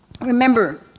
remember